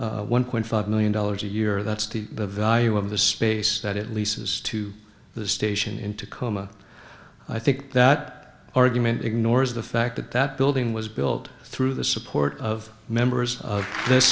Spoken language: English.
donating one point five million dollars a year that's to the value of the space that it leases to the station in tacoma i think that argument ignores the fact that that building was built through the support of members of this